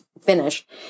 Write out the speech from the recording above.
finished